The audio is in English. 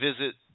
visit